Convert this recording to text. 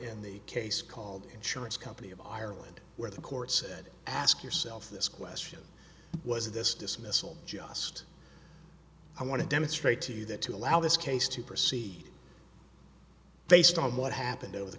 in the case called insurance company of ireland where the court said ask yourself this question was this dismissal just i want to demonstrate to you that to allow this case to proceed based on what happened over the